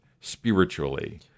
spiritually